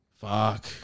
fuck